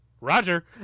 Roger